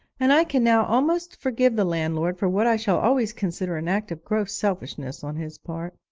and i can now almost forgive the landlord for what i shall always consider an act of gross selfishness on his part.